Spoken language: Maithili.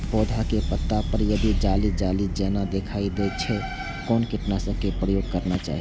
पोधा के पत्ता पर यदि जाली जाली जेना दिखाई दै छै छै कोन कीटनाशक के प्रयोग करना चाही?